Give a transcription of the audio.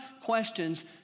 questions